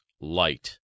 light